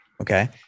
okay